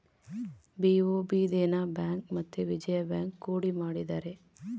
BOB Dena bank ಮತ್ತೆ Vijaya bank ಕೂಡಿ ಮಾಡಿದರೆ